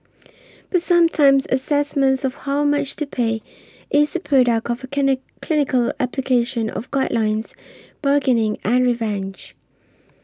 but sometimes assessments of how much to pay is a product of a clinic clinical application of guidelines bargaining and revenge